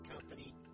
company